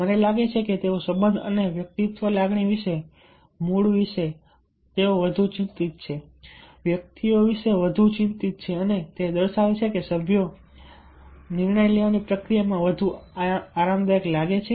મને લાગે છે કે તેઓ સંબંધ અને વ્યક્તિગત લાગણી વિશે મૂડ વિશે તેઓ વધુ ચિંતિત છે વ્યક્તિઓ વિશે વધુ ચિંતિત છે અને તે દર્શાવે છે કે સભ્યો નિર્ણય લેવાની પ્રક્રિયામાં વધુ આરામદાયક લાગે છે